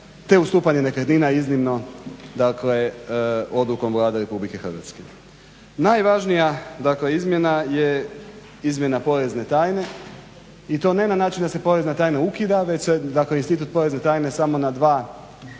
te ustupanje nekretnina iznimno dakle odlukom Vlade Republike Hrvatske. Najvažnija dakle izmjena je izmjena porezne tajne i to ne na način da se porezna tajna ukida već se, dakle institut porezne tajne samo na dva,